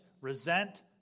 resent